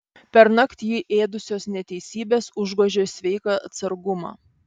pernakt jį ėdusios neteisybės užgožė sveiką atsargumą